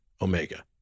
omega